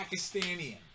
Pakistani